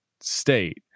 state